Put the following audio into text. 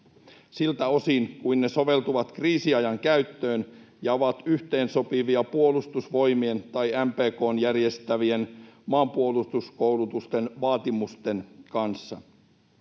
siltä osin kuin ne soveltuvat kriisiajan käyttöön ja ovat yhteensopivia Puolustusvoimien tai MPK:n järjestämien maanpuolustuskoulutusten vaatimusten kanssa.